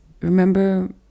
remember